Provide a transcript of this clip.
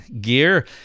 gear